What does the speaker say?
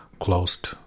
closed